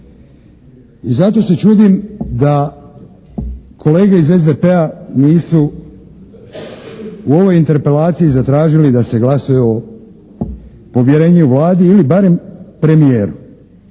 I zato se čudim da kolege iz SDP-a nisu u ovoj interpelaciji zatražili da se glasuje o povjerenju Vladi ili barem premijeru.